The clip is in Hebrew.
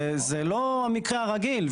זה לא המקרה הרגיל.